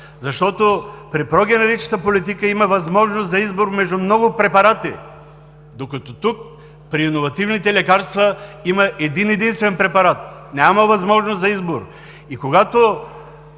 Защото при прогенеричната политика има възможност за избор между много препарати. Докато тук, при иновативните лекарства, има един единствен препарат, няма възможност за избор. Когато